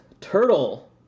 Turtle